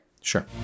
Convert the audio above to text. Sure